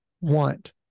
want